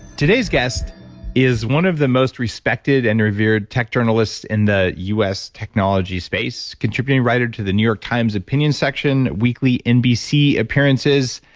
today's guest is one of the most respected and revered tech journalists in the us technology space. contributing writer to the new york times opinion section, weekly nbc appearances,